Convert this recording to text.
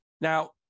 Now